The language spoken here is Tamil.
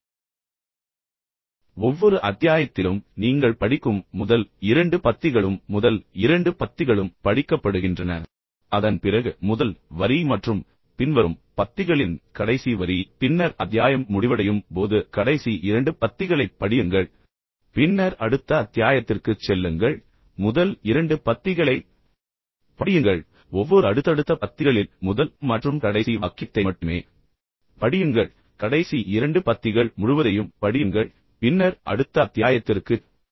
எனவே ஒவ்வொரு அத்தியாயத்திலும் நீங்கள் படிக்கும் முதல் இரண்டு பத்திகளும் முதல் இரண்டு பத்திகளும் படிக்கப்படுகின்றன அதன் பிறகு முதல் வரி மற்றும் பின்வரும் பத்திகளின் கடைசி வரி பின்னர் அத்தியாயம் முடிவடையும் போது கடைசி இரண்டு பத்திகளைப் படியுங்கள் பின்னர் அடுத்த அத்தியாயத்திற்குச் செல்லுங்கள் முதல் இரண்டு பத்திகளைப் படியுங்கள் ஒவ்வொரு அடுத்தடுத்த பத்திகளின் முதல் மற்றும் கடைசி வாக்கியத்தை மட்டுமே படியுங்கள் பின்னர் கடைசி இரண்டு பத்திகள் முழுவதையும் படியுங்கள் பின்னர் அடுத்த அத்தியாயத்திற்குச் செல்லுங்கள்